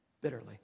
bitterly